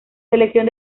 selección